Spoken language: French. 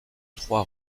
trois